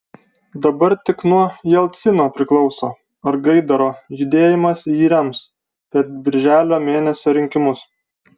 dabar tik nuo jelcino priklauso ar gaidaro judėjimas jį rems per birželio mėnesio rinkimus